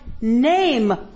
Name